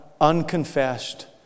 unconfessed